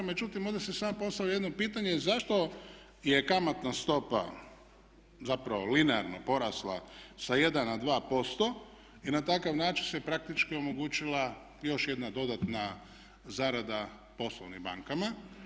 Međutim, ovdje se samo postavlja jedno pitanje zašto je kamatna stopa zapravo linearno porasla sa jedan na dva posto i na takav način se praktički omogućila još jedna dodatna zarada poslovnim bankama.